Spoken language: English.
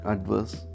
Adverse